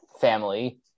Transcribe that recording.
family